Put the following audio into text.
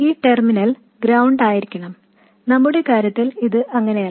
ഈ terminal ground ആയിരിക്കണം നമ്മുടെ കാര്യത്തിൽ ഇത് അങ്ങനെയല്ല